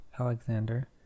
Alexander